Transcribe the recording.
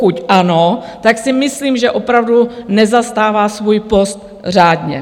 Pokud ano, tak si myslím, že opravdu nezastává svůj post řádně.